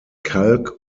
kalk